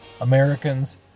Americans